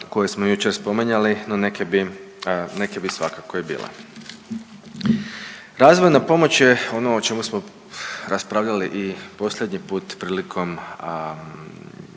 koje smo jučer spominjali no neke bi, neke bi svakako i bile. Razvojna pomoć je ono o čemu smo raspravljali i posljednji put prilikom